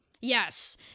Yes